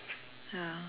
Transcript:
ya